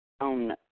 own